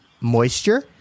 moisture